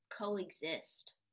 coexist